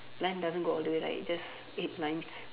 line doesn't go all the way right it's just eight lines